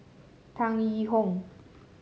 Tan Yee Hong